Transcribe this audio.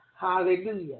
Hallelujah